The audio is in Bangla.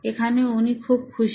এখানে উনি খুবই খুশি